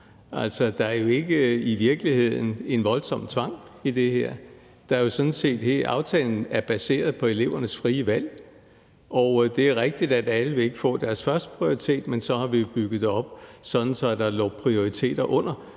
der er jo i virkeligheden ikke en voldsom tvang i det her. Aftalen er sådan set baseret på elevernes frie valg, og det er rigtigt, at alle ikke vil få deres førsteprioritet, men så har vi jo bygget det op sådan, at der ligger prioriteter under,